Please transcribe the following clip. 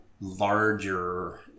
larger